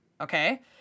Okay